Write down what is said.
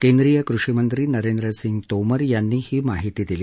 केंद्रीय कृषीमंत्री नरेंद्रसिंग तोमर यांनी ही माहिती दिली